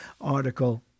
article